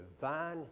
divine